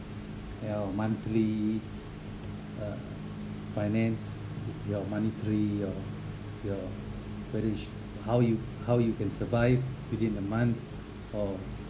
your monthly uh finance your monetary or your marriage how you how you can survive within a month or